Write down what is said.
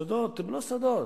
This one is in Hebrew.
והסודות הם לא סודות.